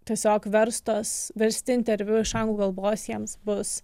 tiesiog verstos versti interviu iš anglų kalbos jiems bus